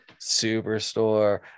Superstore